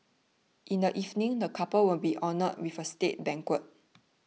in the evening the couple will be honoured with a state banquet